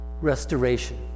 restoration